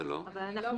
אדוני, גם